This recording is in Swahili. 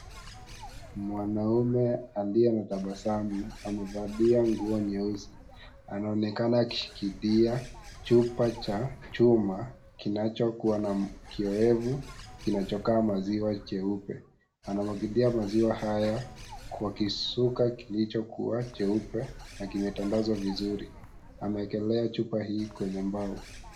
Mwanaume aliyena tabasamu amevalia nguo nyeusi. Anaonekana akimshikilia chupa Cha chuma kinacho kuwa na kioevu kinacho kaa maziwa jeupe. Anamwagalia maziwa haya kwa kisuka kilicho cheupe na kimetandazwa vizuri. Amewekelea chupa hii kwenye mbao.